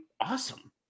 Awesome